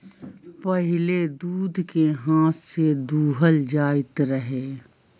पहिले दूध के हाथ से दूहल जाइत रहै